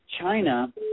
China